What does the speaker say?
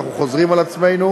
אנחנו חוזרים על עצמנו,